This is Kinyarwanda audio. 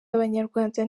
abanyarwanda